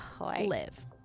live